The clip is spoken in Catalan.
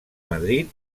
madrid